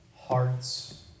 hearts